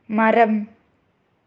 மரம்